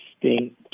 instinct